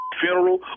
funeral